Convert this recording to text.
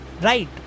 right